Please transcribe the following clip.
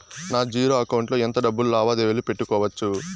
నా zero account లో ఎంత డబ్బులు లావాదేవీలు పెట్టుకోవచ్చు?